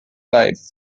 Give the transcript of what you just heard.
life